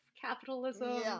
capitalism